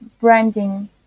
branding